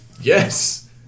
yes